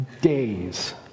Days